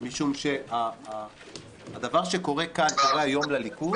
משום שהדבר שקורה כאן קורה היום לליכוד